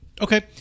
Okay